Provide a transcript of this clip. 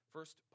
First